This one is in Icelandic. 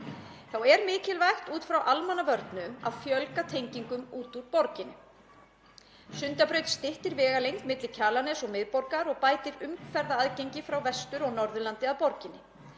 Þá er mikilvægt út frá almannavörnum að fjölga tengingum út úr borginni. Sundabraut styttir vegalengd milli Kjalarness og miðborgar og bætir umferðaraðgengi frá Vestur- og Norðurlandi að borginni.